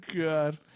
God